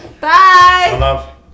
bye